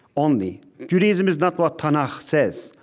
only. judaism is not what tanakh says,